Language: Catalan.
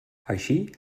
així